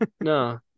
No